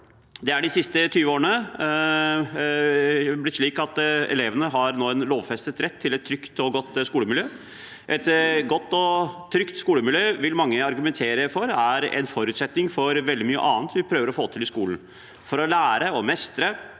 vold. De siste 20 årene er det blitt slik at elevene har en lovfestet rett til et trygt og godt skolemiljø. Et godt og trygt skolemiljø vil mange argumentere for er en forutsetning for veldig mye annet vi prøver å få til i skolen. For å lære, mestre